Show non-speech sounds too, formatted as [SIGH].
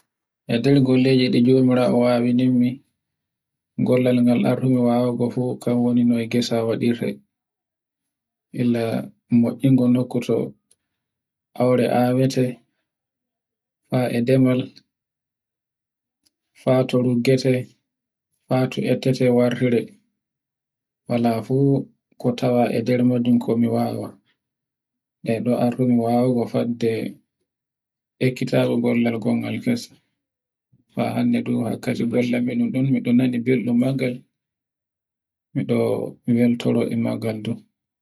E nder golleje ɗi jomirawo wawinimmi. Gollal ngal artumi wawugo fu kan woni noy gesa waɗirte, illa moingo nokkoto aure awete, [NOISE] hae demal fe to ruggete, haa to ettete wartire, wala fu ko tawa e nder majum ko mi wawa. E ɗo artumi wawugo fadde ekkitago gongal kes. [NOISE] ha hande ɗun hokkaimi gollal nga, miɗon nani bemɗun magal, mi ɗo mi weltore e maggal ngal.